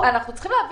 מי מהאוצר יכול להשיב